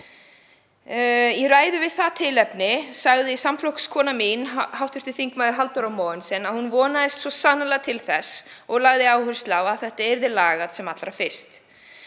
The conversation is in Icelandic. Í ræðu við það tilefni sagði samflokkskona mín, hv. þm. Halldóra Mogensen, að hún vonaðist svo sannarlega til þess og lagði áherslu á að þetta yrði lagað sem allra fyrst,